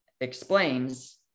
explains